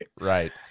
Right